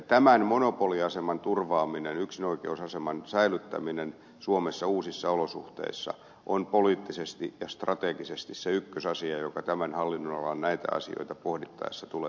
tämän monopoliaseman turvaaminen yksinoikeusaseman säilyttäminen suomessa uusissa olosuhteissa on poliittisesti ja strategisesti se ykkösasia joka tämän hallinnonalan näitä asioita pohdittaessa tulee pitää mielessä